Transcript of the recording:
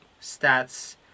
stats